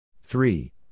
Three